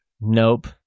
nope